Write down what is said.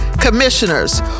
commissioners